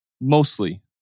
mostly